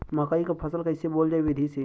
मकई क फसल कईसे बोवल जाई विधि से?